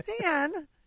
Dan